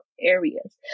areas